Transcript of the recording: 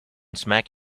smack